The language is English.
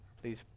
please